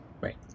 Right